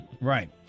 Right